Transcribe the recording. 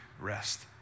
rest